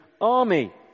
army